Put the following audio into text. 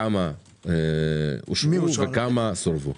כמה אושרו וכמה סורבו.